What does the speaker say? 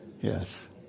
Yes